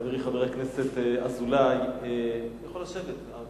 חברי חבר הכנסת אזולאי, אתה יכול לשבת.